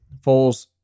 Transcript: Foles